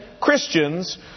Christians